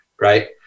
Right